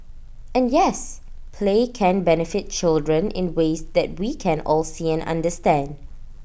and yes play can benefit children in ways that we can all see and understand